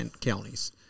counties